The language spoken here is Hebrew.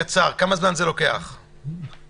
אז אם הורה השני ביקש בכתב לקבל את המידע בנפרד,